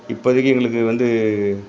இப்போதிக்கி எங்களுக்கு வந்து